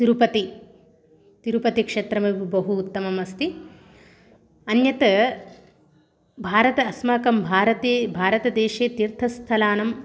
तिरुपतिः तिरुपतिक्षेत्रम् अपि बहु उत्तमम् अस्ति अन्यत् भारते अस्माकं भारते भारतदेशे तीर्थस्थलानां